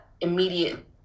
immediate